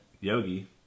Yogi